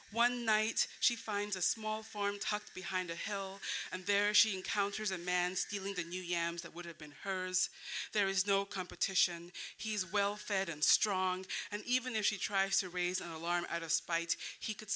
one night she finds a small farm tucked behind a hill and there she encounters a man stealing the new yams that would have been hers there is no competition he is well fed and strong and even if she tries to raise an alarm out of spite he could